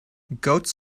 goats